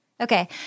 Okay